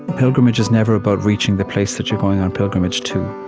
pilgrimage is never about reaching the place that you're going on pilgrimage to.